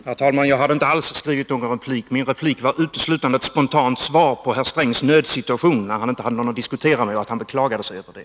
Herr talman! Jag hade inte alls skrivit någon replik, utan mitt genmäle var uteslutande ett spontant svar till herr Sträng i den nödsituation som han befann sig i när han inte hade någon att diskutera med och beklagade sig över det.